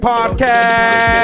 Podcast